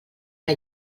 que